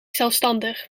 zelfstandig